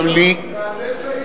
מהנדס העיר,